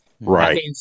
Right